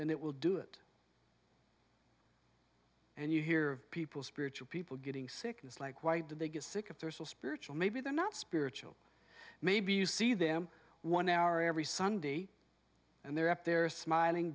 and it will do it and you hear people spiritual people getting sick it's like why do they get sick if there's a spiritual maybe they're not spiritual maybe you see them one hour every sunday and they're up there smiling